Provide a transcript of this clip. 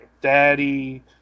Daddy